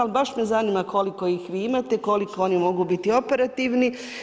Ali baš me zanima koliko ih vi imate, koliko oni mogu biti operativni.